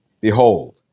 behold